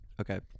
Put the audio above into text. Okay